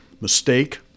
mistake